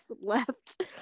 left